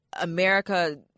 America